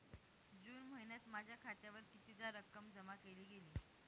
जून महिन्यात माझ्या खात्यावर कितीदा रक्कम जमा केली गेली?